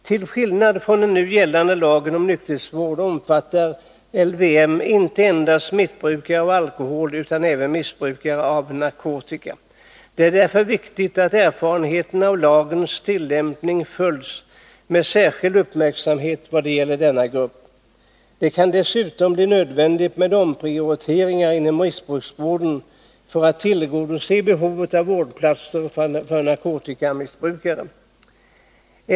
Till skillnad från den nu gällande lagen om nykterhetsvård omfattar LYM inte endast missbrukare av alkohol, utan även missbrukare av narkotika. Det är därför viktigt att erfarenheterna av lagens tillämpning följs med särskild uppmärksamhet vad gäller denna grupp. Det kan dessutom bli nödvändigt med omprioriteringar inom missbruksvården för att tillgodose behovet av vårdplatser för narkotikamissbrukare.